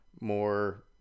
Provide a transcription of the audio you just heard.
more